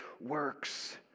works